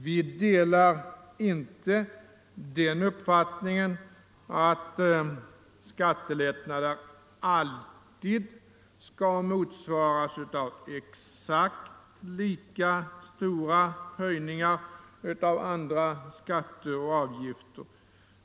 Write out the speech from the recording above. Vi delar inte den uppfattningen att skattelättnader alltid skall motsvaras av exakt lika stora höjningar av andra skatter och avgifter.